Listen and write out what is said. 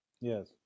Yes